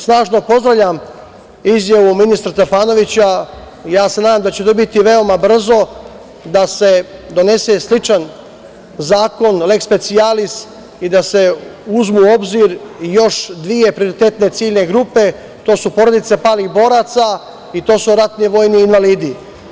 Snažno pozdravljam izjavu ministra Stefanovića, nadam se da će to biti veoma brzo da se donese sličan zakon, leks specijalis i da se uzme u obzir još dve prioritetne ciljne grupe, a to su porodice palih boraca i to su ratni vojni invalidi.